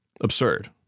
absurd